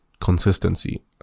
consistency